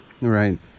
Right